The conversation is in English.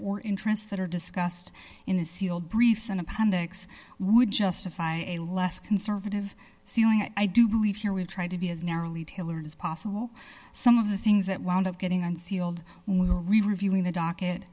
or interests that are discussed in a sealed briefs and appendix would justify a less conservative ceiling i do believe here we try to be as narrowly tailored as possible some of the things that wound up getting unsealed when we were reviewing the docket